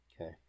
Okay